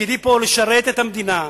לשרת את המדינה,